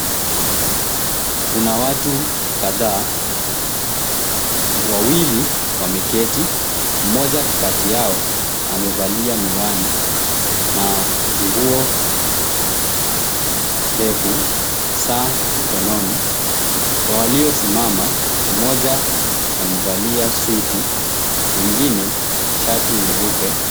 Kuna watu kadhaa. Wawili wameketi; mmoja kati yao amevalia miwani na nguo refu, saa mkononi. Kwa waliosimama, mmoja amevalia suti, mwingine shati nyeupe.